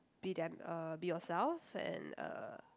be them uh be yourselves and uh